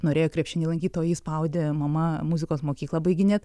norėjo krepšinį lankyt o jį spaudė mama muzikos mokyklą baiginėt